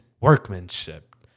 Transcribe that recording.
workmanship